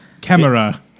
camera